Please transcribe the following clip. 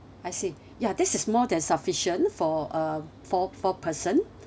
I see ya this is more than sufficient for uh four four person